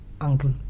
uncle